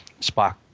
Spock